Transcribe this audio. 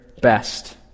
best